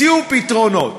הציעו פתרונות,